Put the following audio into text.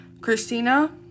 Christina